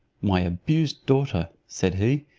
my abused daughter, said he,